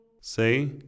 Say